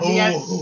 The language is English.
yes